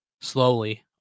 slowly